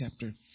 chapter